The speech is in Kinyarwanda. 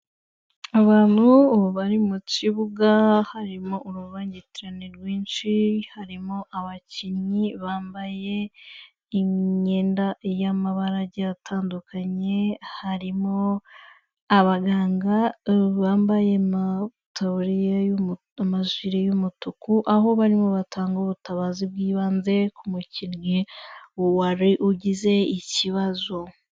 Abantu ubu bari mu kibuga, harimo urubangitirane rwinshi, harimo abakinnyi bambaye imyenda y'amabara agiye atandukanye, harimo abaganga bambaye ama taburiya amajire y'umutuku, aho barimo batanga ubutabazi bw'ibanze ku mukinnyi wari ugize ikibazo.